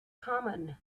common